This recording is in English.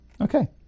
Okay